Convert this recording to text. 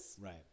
Right